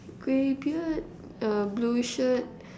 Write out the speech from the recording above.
grey beard uh blue shirt